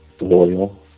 Loyal